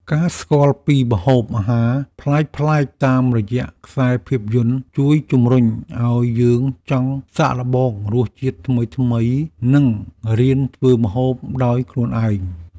ការស្គាល់ពីម្ហូបអាហារប្លែកៗតាមរយៈខ្សែភាពយន្តជួយជំរុញឱ្យយើងចង់សាកល្បងរសជាតិថ្មីៗនិងរៀនធ្វើម្ហូបដោយខ្លួនឯង។